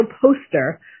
poster